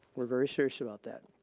we're very serious about that